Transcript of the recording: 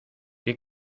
qué